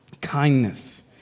kindness